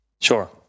Sure